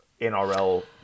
NRL